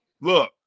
Look